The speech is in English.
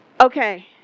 Okay